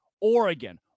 Oregon